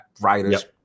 writer's